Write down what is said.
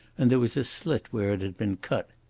and there was a slit where it had been cut.